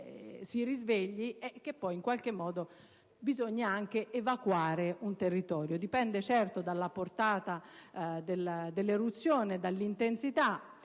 si risvegli, in quanto poi bisogna anche evacuare un territorio. Dipende, certo, dalla portata dell'eruzione, dall'intensità,